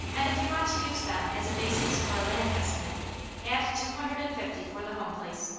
and if you want to use them as a basis for a land estimate add two hundred and fifty for the home place.